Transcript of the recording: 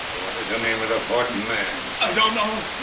what is the name of the fourth man? i don't know.